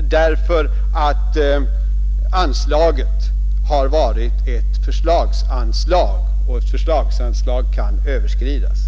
därför att anslaget har varit ett förslagsanslag och alltså har kunnat överskridas.